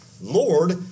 Lord